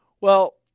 Well-